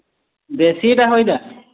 ଦେଶୀ ଟା ହୋ ଇଟା